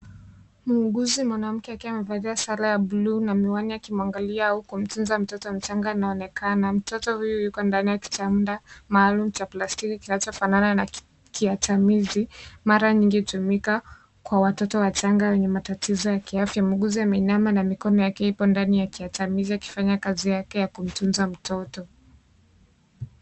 Muuguzi mwanamke akiwa amevalia sare ya bluu na miwani akimwangalia au kumtunza mtoto mchanga anaonekana. Mtoto huyu yuko ndani ya kitanda maalumu cha plastiki kinachofanana na kiatamizi. Mara nyingi hutumika kwa watoto wachanga wenye matatizo ya kiafya. Muuguzi ameinama na mikono yake ipo ndani ya kiatamizi akifanya kazi yake ya kumtunza mtoto.